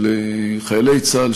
של חיילי צה"ל,